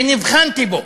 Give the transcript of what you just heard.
ונבחנתי בו,